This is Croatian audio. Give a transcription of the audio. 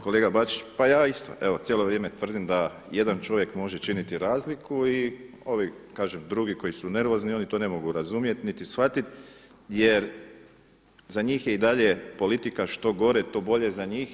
Kolega Bačić, pa ja isto, evo cijelo vrijeme tvrdim da jedan čovjek može činiti razliku i ovi kažem drugi koji su nervozni oni to ne mogu razumjeti niti shvatiti, jer za njih je i dalje politika što gore to bolje za njih.